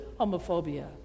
homophobia